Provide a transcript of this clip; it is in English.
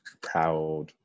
proud